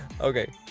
Okay